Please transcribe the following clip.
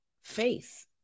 faith